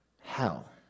hell